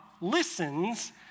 listens